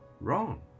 wrong